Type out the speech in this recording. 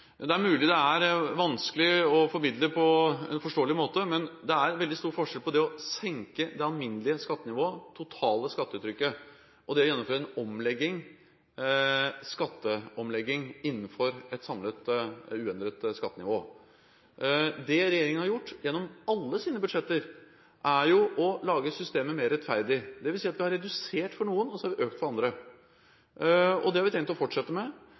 Det er mulig det er vanskelig å formidle på en forståelig måte, men det er veldig stor forskjell på det å senke det alminnelige skattenivået, det totale skattetrykket, og det å gjennomføre en skatteomlegging innenfor et samlet uendret skattenivå. Det regjeringen har gjort gjennom alle sine budsjetter, er å lage systemet mer rettferdig. Det vil si at vi har redusert for noen og økt for andre. Det har vi tenkt å fortsette med,